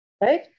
right